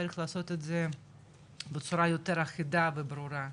צריך לעשות את זה בצורה יותר אחידה וברורה.